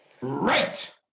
Right